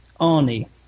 Arnie